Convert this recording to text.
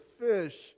fish